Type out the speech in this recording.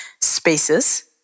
spaces